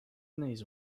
knees